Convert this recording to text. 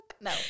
No